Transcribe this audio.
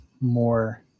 more